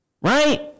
Right